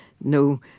no